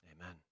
Amen